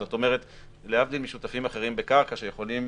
זאת אומרת שלהבדיל משותפים אחרים בקרקע שיכולים